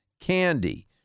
Candy